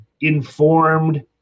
informed